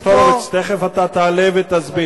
חבר הכנסת הורוביץ, תיכף אתה תעלה ותסביר.